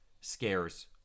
scares